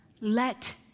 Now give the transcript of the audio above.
let